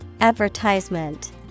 Advertisement